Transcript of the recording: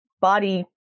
body